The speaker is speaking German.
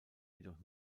jedoch